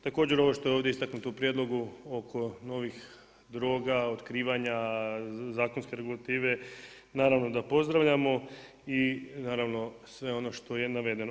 Također ovo što je ovdje istaknuto u prijedlogu oko novih droga, otkrivanja, zakonske regulative naravno da pozdravljamo i naravno sve ono što je navedeno.